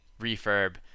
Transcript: refurb